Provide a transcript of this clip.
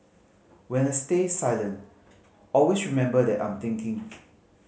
when I stay silent always remember that I'm thinking